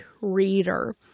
reader